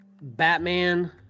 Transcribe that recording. Batman